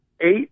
Eight